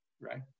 right